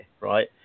right